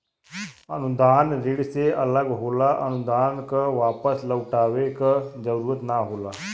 अनुदान ऋण से अलग होला अनुदान क वापस लउटाये क जरुरत ना होला